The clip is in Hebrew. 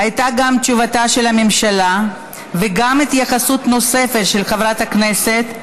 הייתה גם תשובתה של הממשלה וגם התייחסות נוספת של חברת הכנסת,